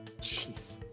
Jeez